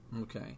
Okay